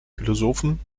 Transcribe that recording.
philosophen